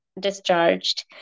discharged